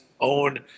own